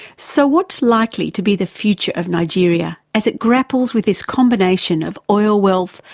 so what's likely to be the future of nigeria, as it grapples with this combination of oil wealth,